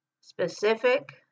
Specific